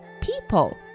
people